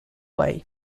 way